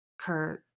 Kurt